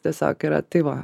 tiesiog yra tai va